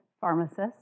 pharmacists